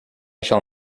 shall